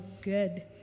good